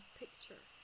picture